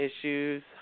issues